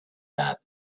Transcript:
that